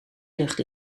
lucht